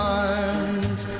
arms